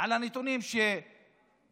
על הנתונים שהקריא